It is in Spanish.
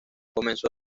comenzó